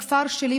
בכפר שלי,